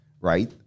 right